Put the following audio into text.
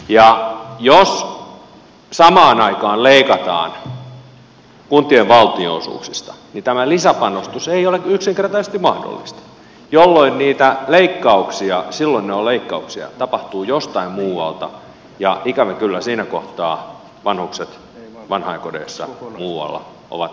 ja jos samaan aikaan leikataan kuntien valtionosuuksista niin tämä lisäpanostus ei ole yksinkertaisesti mahdollista jolloin niitä leikkauksia silloin ne ovat leikkauksia tapahtuu jostain muualta ja ikävä kyllä siinä kohtaa vanhukset vanhainkodeissa ja muualla ovat niitä kärsijöitä